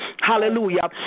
Hallelujah